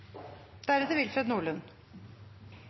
framtida. Willfred Nordlund